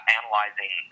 analyzing